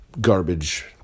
garbage